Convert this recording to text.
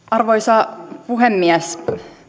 arvoisa puhemies